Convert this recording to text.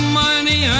money